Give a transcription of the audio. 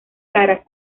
caras